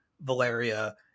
Valeria